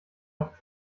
auf